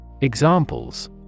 Examples